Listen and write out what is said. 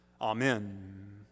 Amen